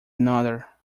another